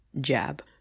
jab